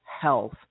health